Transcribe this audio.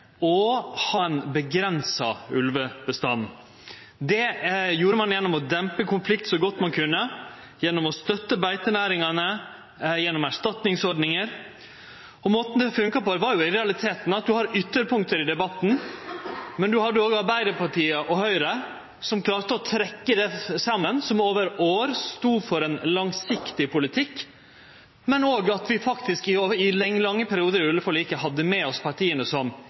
og ha ein avgrensa ulvebestand. Det gjorde ein ved å dempe konflikten så godt ein kunne gjennom å støtte beitenæringane gjennom erstatningsordningar. Måten det fungerte på, var i realiteten at ein har ytterpunkt i debatten, men ein hadde òg Arbeidarpartiet og Høgre som klarte å trekkje det saman, som over år stod for ein langsiktig politikk, men òg at vi faktisk i lange periodar i ulveforliket hadde med oss partia som